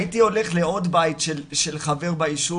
הייתי הולך לעוד בית של חבר ביישוב